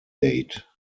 date